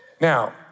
Now